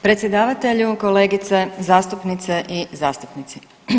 Predsjedavatelju, kolegice zastupnice i zastupnici.